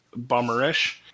bummerish